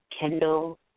Kendall